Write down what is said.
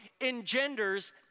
engenders